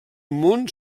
món